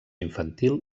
infantil